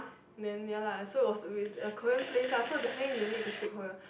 then ya lah so it was is a korean place lah so definitely you need to speak Korean